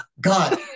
God